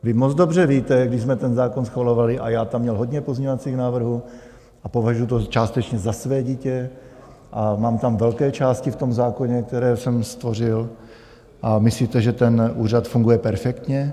Vy moc dobře víte, když jsme ten zákon schvalovali a já tam měl hodně pozměňovacích návrhů, považuji to částečně za své dítě a mám tam velké části v tom zákoně, které jsem stvořil myslíte, že ten úřad funguje perfektně?